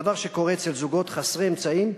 דבר שקורה אצל זוגות חסרי אמצעים,